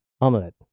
omelette